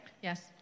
Yes